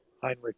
Heinrich